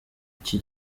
iki